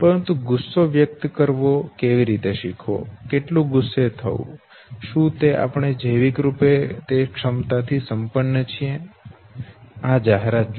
પરંતુ ગુસ્સો વ્યક્ત કરવો કેવી રીતે શીખવો કેટલું ગુસ્સે થવું શું આપણે જૈવિક રૂપે તે ક્ષમતાથી સંપન્ન છીએ આ જાહેરાત જુઓ